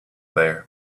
there